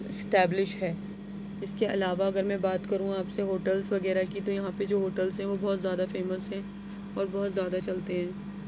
establish ہے اِس کے علاوہ اگر میں بات کروں آپ سے ہوٹلس وغیرہ کی تو یہاں پہ جو ہوٹلس ہیں وہ بہت زیادہ فیمس ہیں اور بہت زیادہ چلتے ہیں